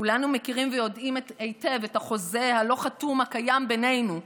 כולנו מכירים ויודעים היטב את החוזה הלא-חתום הקיים בינינו,